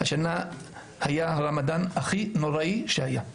השנה היה הרמדאן הכי נוראי שהיה.